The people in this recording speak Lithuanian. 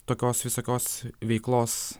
tokios visokios veiklos